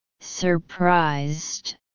Surprised